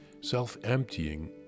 Self-emptying